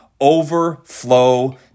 overflow